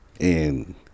And-